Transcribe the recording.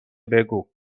بگو